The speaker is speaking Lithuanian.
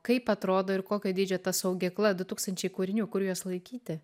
kaip atrodo ir kokio dydžio ta saugykla du tūkstančiai kūrinių kur juos laikyti